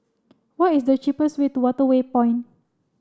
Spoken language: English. what is the cheapest way to Waterway Point